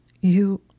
You—